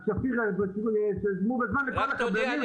אז שפיר ישלמו בזמן לכל הקבלנים שמתחתם.